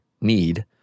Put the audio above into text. need